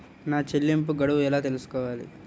నా చెల్లింపు గడువు ఎలా తెలుసుకోవాలి?